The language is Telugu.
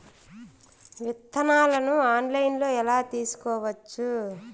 విత్తనాలను ఆన్లైన్లో ఎలా తీసుకోవచ్చు